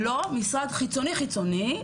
משרד חיצוני חיצוני,